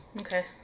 Okay